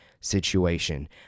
situation